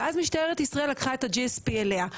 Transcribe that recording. ואז משטרת ישראל לקחה את ה GSP אליה.